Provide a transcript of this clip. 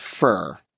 fur